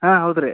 ಹಾಂ ಹೌದು ರಿ